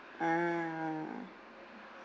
ah